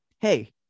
hey